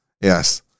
yes